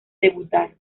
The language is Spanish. debutar